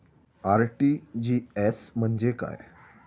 RTGS म्हणजे काय?